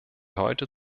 heute